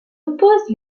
oppose